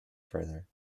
further